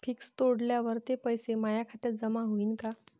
Fix तोडल्यावर ते पैसे माया खात्यात जमा होईनं का?